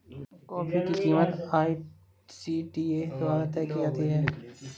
coffee की कीमत ICTA द्वारा तय की जाती है